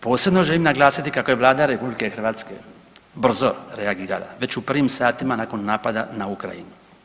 Posebno želim naglasiti kako je Vlada RH brzo reagirala već u prvim satima napada na Ukrajinu.